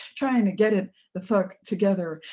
trying to get it the fuck. together.